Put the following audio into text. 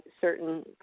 certain